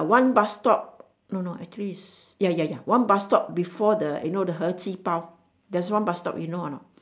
one bus stop no no actually is ya ya ya one bus stop before the you know the 和记包 there's one bus stop you know or not